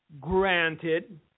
granted